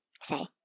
say